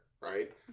right